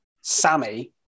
Sammy